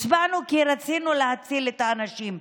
הצבענו כי רצינו להציל את האנשים,